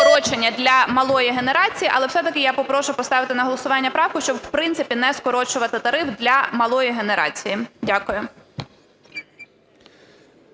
для малої генерації, але все-таки я попрошу поставити на голосування правку, щоб, в принципі, не скорочувати тариф для малої генерації. Дякую.